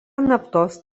naftos